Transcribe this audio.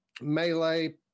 Melee